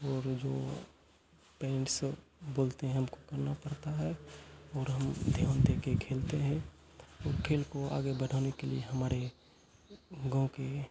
वो भी जो पेरेंट्स बोलते हैं हमको करना पड़ता है और हम ध्यान देके खेलते हैं और खेल को आगे बढ़ाने के लिए हमारे गाँव के